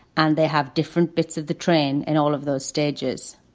and they have different bits of the train and all of those stages.